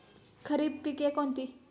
खरीप पिके कोणती?